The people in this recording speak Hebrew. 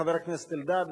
חבר הכנסת אלדד,